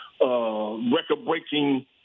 record-breaking